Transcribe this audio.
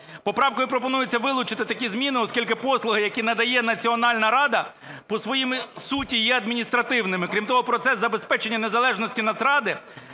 Поправкою пропонується вилучити такі зміни, оскільки послуги, які надає Національна рада, по своїй суті є адміністративними. Крім того, процес забезпечення незалежності Нацради,